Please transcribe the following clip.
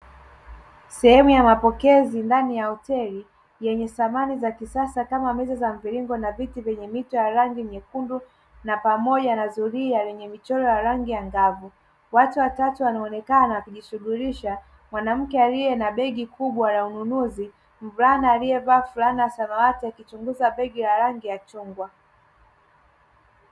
Sehemu ya mapokezi ndani ya hotel yenye thamani za kisasa kama meza za mviringo na viti vyenye mito ya rangi nyekundu na pamoja na zuria lenye michoro ya rangi angavu. Watu watatu wanaonekana wakijishughulisha mwanamke aliye na begi kubwa ya ununuzi, mvulana aliyevaa fulana ya samawati akichunguza begi la rangi ya chungwa.